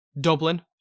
Dublin